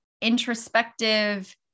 introspective